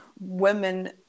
women